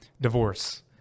divorce